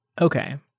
Okay